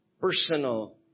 personal